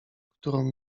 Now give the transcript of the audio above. którą